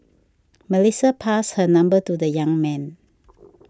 Melissa passed her number to the young man